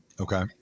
okay